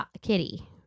kitty